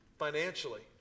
Financially